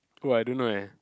oh I don't know eh